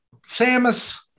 Samus